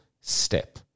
step